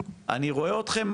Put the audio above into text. אני רואה אתכם,